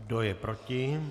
Kdo je proti?